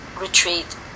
retreat